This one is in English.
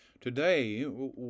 Today